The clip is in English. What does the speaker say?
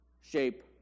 shape